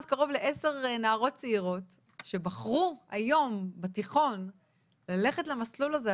קרוב לעשר נערות צעירות שבחרו היום בתיכון ללכת למסלול הזה,